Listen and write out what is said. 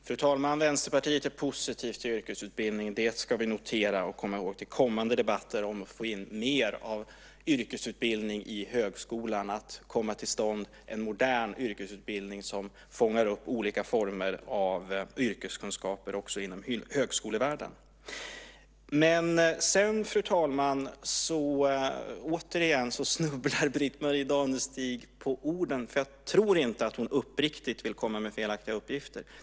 Fru talman! Vänsterpartiet är positivt till yrkesutbildning. Det ska vi notera och lägga på minnet till kommande debatter om hur man ska få in mer av yrkesutbildning i högskolan, att få till stånd en modern yrkesutbildning som fångar upp olika former av yrkeskunskaper också inom högskolevärlden. Sedan snubblar återigen Britt-Marie Danestig på orden. Jag tror inte att hon uppriktigt vill komma med felaktiga uppgifter.